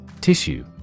Tissue